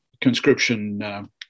conscription